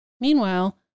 Meanwhile